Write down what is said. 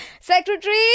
secretary